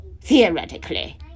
Theoretically